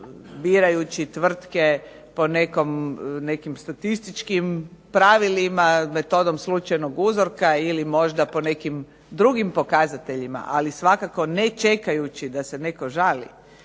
birajući tvrtke po nekim statističkim pravilima metodom slučajnog uzorka ili možda po nekim drugim pokazateljima, ali svakako ne čekajući da se netko žali,